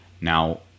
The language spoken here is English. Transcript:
Now